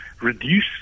reduce